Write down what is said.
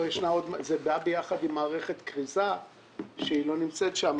זה בא ביחד עם מערכת כריזה שלא נמצאת שם.